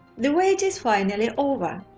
the wait is finally over.